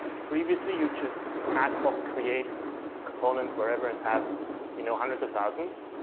previously, you just ad hoc create components wherever and have you know hundreds of thousands.